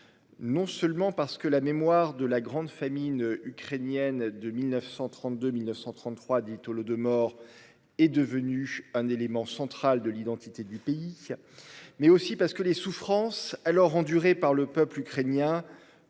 Non seulement parce que la mémoire de la grande famine ukrainienne de 1932, 1933 10 le de morts est devenue un élément central de l'identité du pays. Mais aussi parce que les souffrances alors endurées par le peuple ukrainien